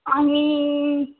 आम्ही